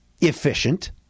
efficient